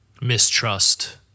mistrust